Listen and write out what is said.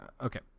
Okay